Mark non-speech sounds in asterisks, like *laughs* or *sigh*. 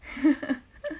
*laughs*